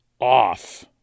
off